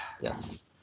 Yes